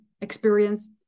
experience